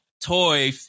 toy